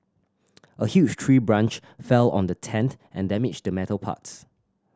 a huge tree branch fell on the tent and damaged the metal parts